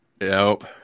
Nope